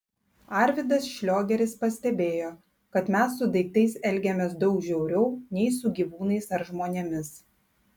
arvydas šliogeris pastebėjo kad mes su daiktais elgiamės daug žiauriau nei su gyvūnais ar žmonėmis